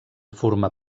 formar